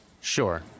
Sure